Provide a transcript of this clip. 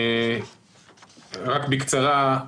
רק בקצרה.